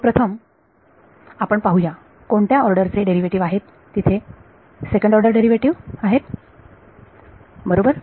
सर्वप्रथम आपण पाहू या कोणत्या ऑर्डर चे डेरिव्हेटिव्ह आहेत तेथे सेकंड ऑर्डर डेरिव्हेटिव्ह आहेत बरोबर